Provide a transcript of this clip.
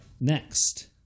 next